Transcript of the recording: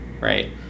right